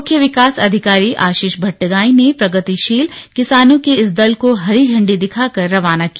मुख्य विकास अधिकारी आशीष भट्टगाई ने प्रगतिशील किसानों के इस दल को हरी झंडी दिखाकर रवाना किया